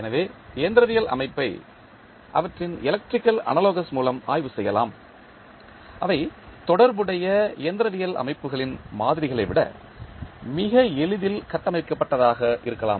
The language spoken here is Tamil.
எனவே இயந்திரவியல் அமைப்பை அவற்றின் எலக்ட்ரிக்கல் அனாலோகஸ் மூலம் ஆய்வு செய்யலாம் அவை தொடர்புடைய இயந்திரவியல் அமைப்புகளின் மாதிரிகளை விட மிக எளிதில் கட்டமைக்கப்பட்டதாக இருக்கலாம்